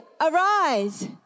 Arise